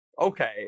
Okay